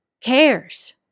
cares